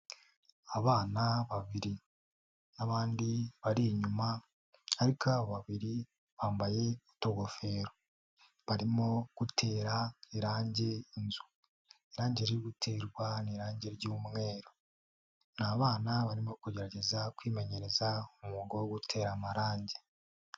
Abana babiri n'abandi bari inyuma, ariko babiri bambaye utugofero, barimo gutera irangi inzu, irangi riri guterwa ni irangi ry'umweru. Ni abana barimo kugerageza kwimenyereza umwuga wo gutera amarangi.